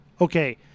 okay